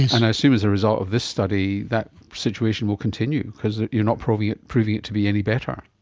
and i assume as a result of this study that situation will continue because you are not proving it proving it to be any better.